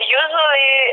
usually